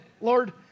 Lord